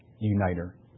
uniter